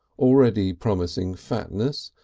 already promising fatness,